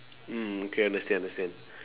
mm okay understand understand